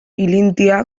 ilintia